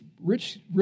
rich